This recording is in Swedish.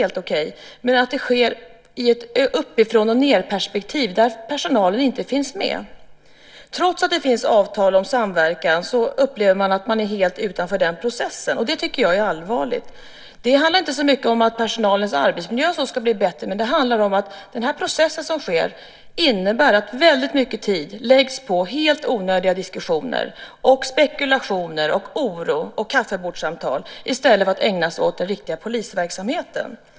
Det gäller i stället att dessa sker i ett uppifrån-och-ned-perspektiv där personalen inte finns med. Trots att det finns avtal om samverkan upplever man att man är helt utanför den processen. Det tycker jag är allvarligt. Det handlar inte så mycket om att personalens arbetsmiljö ska bli bättre, utan det handlar om att den process som sker innebär att väldigt mycket tid läggs på helt onödiga diskussioner, spekulationer, oro och kaffebordssamtal i stället för att man ägnar sig åt den riktiga polisverksamheten.